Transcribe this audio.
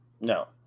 No